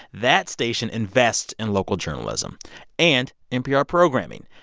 that station invests in local journalism and npr programming.